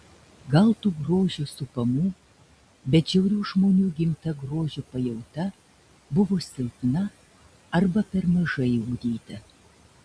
gal tų grožio supamų bet žiaurių žmonių įgimta grožio pajauta buvo silpna arba per mažai ugdyta